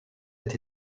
est